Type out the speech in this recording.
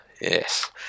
Yes